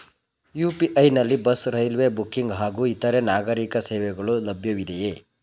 UPI ನಲ್ಲಿ bus, railway booking ಹಾಗೂ ಇತರೆ ನಾಗರೀಕ ಸೇವೆಗಳು ಲಭ್ಯವಿದೆಯೇ?